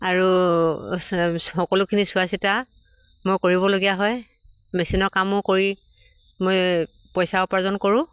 আৰু সকলোখিনি চোৱা চিতা মই কৰিবলগীয়া হয় মেচিনৰ কামো কৰি মই পইচা উপাৰ্জন কৰোঁ